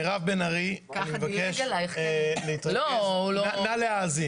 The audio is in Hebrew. מירב בן ארי, אני מבקש נא להאזין.